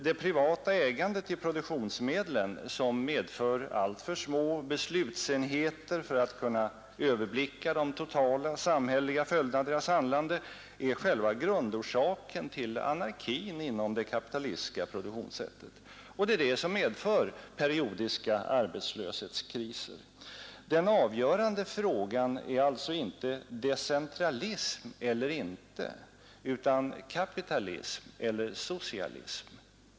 Det privata ägandet till produktionsmedlen, som medför alltför små beslutsenheter för att man skall kunna överblicka de totala samhälleliga följderna av sitt handlande, är själva grundorsaken till anarkin inom det kapitalistiska produktionssättet. Och det är det som medför periodiska arbetslöshetskriser. Den avgörande frågan är alltså inte: decentralism eller inte? Den är: kapitalism eller socialism?